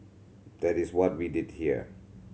that is what we did here